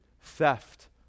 theft